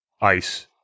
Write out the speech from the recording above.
ice